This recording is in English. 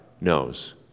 knows